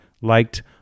liked